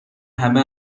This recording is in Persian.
همه